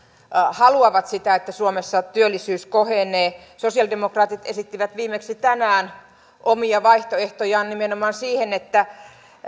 haluavat sitä että suomessa työllisyys kohenee sosialidemokraatit esittivät viimeksi tänään omia vaihtoehtojaan nimenomaan siihen että